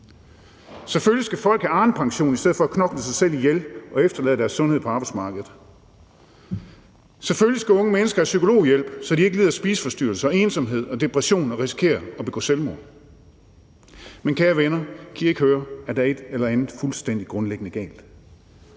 Selvfølgelig skal folk have Arnepension i stedet for at knokle sig selv ihjel og efterlade deres sundhed på arbejdsmarkedet. Selvfølgelig skal unge mennesker have psykologhjælp, så de ikke lider af spiseforstyrrelser, ensomhed og depression og risikerer at begå selvmord. Men kære venner, kan I ikke høre, at der er et eller andet fuldstændig grundlæggende galt?